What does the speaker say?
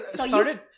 started